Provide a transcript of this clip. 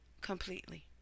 completely